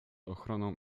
ochroną